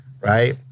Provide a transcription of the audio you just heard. right